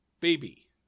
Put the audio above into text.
Baby